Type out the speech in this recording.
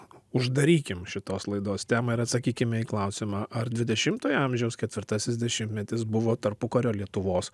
uždarykim šitos laidos temą ir atsakykime į klausimą ar dvidešimtojo amžiaus ketvirtasis dešimtmetis buvo tarpukario lietuvos